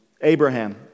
Abraham